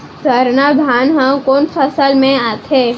सरना धान ह कोन फसल में आथे?